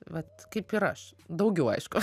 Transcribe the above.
vat kaip ir aš daugiau aišku